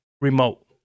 remote